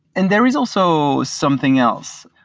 and there is also something else.